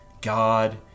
God